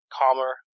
calmer